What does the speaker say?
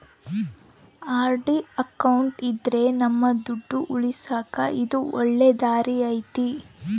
RD account ಇದ್ರ ನಮ್ ದುಡ್ಡು ಉಳಿಸಕ ಇದು ಒಳ್ಳೆ ದಾರಿ ಐತಿ